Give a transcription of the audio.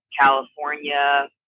California